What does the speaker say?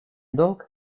долг